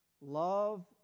Love